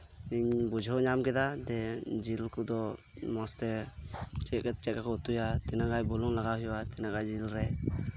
ᱤᱧ ᱵᱩᱡᱷᱟᱹᱣ ᱧᱟᱢ ᱠᱮᱫᱟ ᱡᱮ ᱡᱤᱞ ᱠᱚᱫᱚ ᱢᱚᱸᱡ ᱛᱮ ᱪᱮᱫ ᱞᱮᱠᱟ ᱠᱚ ᱩᱛᱩᱭᱟ ᱛᱤᱱᱟᱹᱜ ᱜᱟᱱ ᱵᱩᱞᱩᱝ ᱞᱟᱜᱟᱣ ᱦᱩᱭᱩᱜᱼᱟ ᱛᱤᱱᱟᱹᱜ ᱜᱟᱱ ᱡᱤᱞ ᱨᱮ